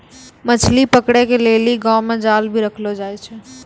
मछली पकड़े के लेली गांव मे जाल भी रखलो जाए छै